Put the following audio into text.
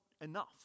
enough